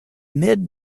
mid